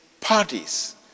parties